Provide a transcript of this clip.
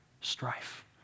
strife